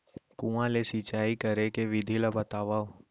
कुआं ले सिंचाई करे के विधि ला बतावव?